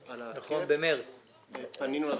המפקח על המחירים בהתאם לחוק פיקוח על מצרכים ושירותים,